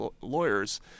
lawyers